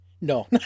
No